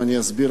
ואני אסביר,